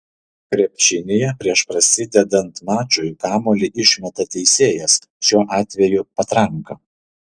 krepšinyje prieš prasidedant mačui kamuolį išmeta teisėjas šiuo atveju patranka